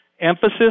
emphasis